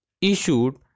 issued